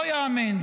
לא ייאמן.